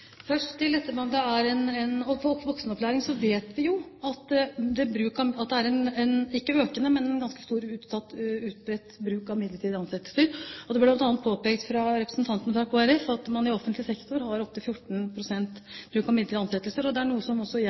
Først til om dette er voksenopplæring. Vi vet jo at det er en ikke økende, men ganske stor, utbredt bruk av midlertidige ansettelser. Det ble bl.a. påpekt av representanten fra Kristelig Folkeparti at man i offentlig sektor har opptil 14 pst. bruk av midlertidige ansettelser. Det er også noe jeg på mine områder blir konfrontert med, som